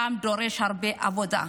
גם זה דורש הרבה עבודה.